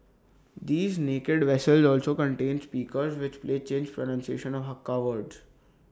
these naked vessels also contain speakers which play Chin's pronunciation of Hakka words